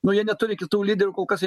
nu jie neturi kitų lyderių kol kas jie